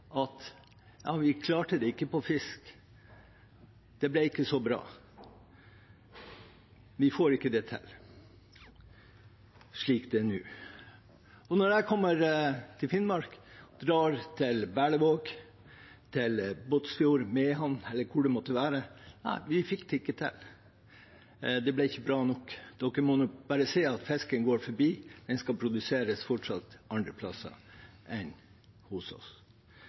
at vi ikke klarte det på fisk, det ble ikke så bra, vi får det ikke til slik det er nå. Når jeg kommer til Finnmark, drar til Berlevåg, Båtsfjord, Mehamn eller hvor det måtte være: Nei, vi fikk det ikke til, det ble ikke bra nok, dere må nok bare se at fisken går forbi, den skal fortsatt produseres andre plasser enn hos oss.